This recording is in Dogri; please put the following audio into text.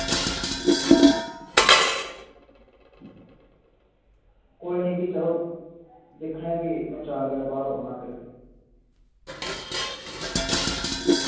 कोई निं भी चलो दिक्खने आं भी में चार बजे दे बाद औना